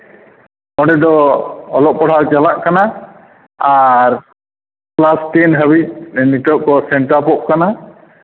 ᱚᱸᱰᱮ ᱫᱚ ᱚᱞᱚᱜ ᱯᱟᱲᱦᱟᱜ ᱪᱟᱞᱟᱜ ᱠᱟᱱᱟ ᱟᱨ ᱱᱚᱣᱟ ᱯᱮ ᱫᱷᱟᱹᱵᱤᱡ ᱱᱤᱛᱳᱜ ᱠᱚ ᱥᱮᱱᱴᱟᱯᱚᱜ ᱠᱟᱱᱟ